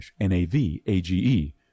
N-A-V-A-G-E